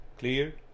clear